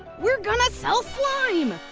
we're gonna sell slime!